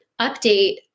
update